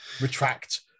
Retract